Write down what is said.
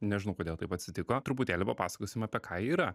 nežinau kodėl taip atsitiko truputėlį papasakosim apie ką ji yra